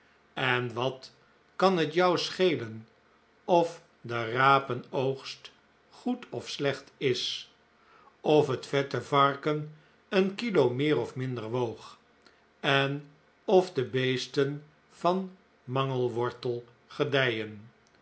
en wat kan het jou schelen of de rapenoogst goed of slecht is of het vette varken een kilo meer of minder woog en of de beesten van mangelwortel gedijen